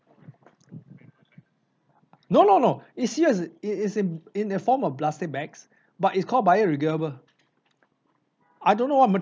no no no it's a it is it is in in the form of plastic bags but it's called biodegradable I don't know what